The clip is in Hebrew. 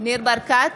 ניר ברקת,